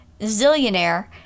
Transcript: Zillionaire